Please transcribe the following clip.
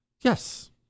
Yes